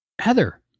Heather